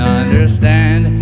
understand